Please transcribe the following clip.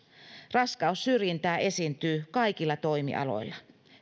raskaussyrjintää esiintyy kaikilla toimialoilla